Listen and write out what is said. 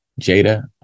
Jada